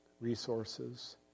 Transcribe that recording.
resources